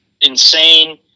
insane